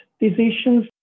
decisions